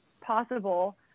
possible